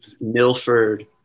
Milford